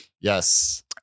Yes